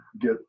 get